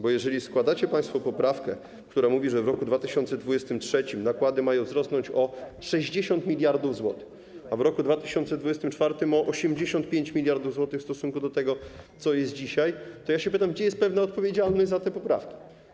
Bo jeżeli składacie państwo poprawkę, która mówi, że w roku 2023 nakłady mają wzrosnąć o 60 mld zł, a w roku 2024 - o 85 mld zł w stosunku do tego, co jest dzisiaj, to ja pytam, gdzie jest pewna odpowiedzialność za te poprawki.